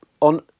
on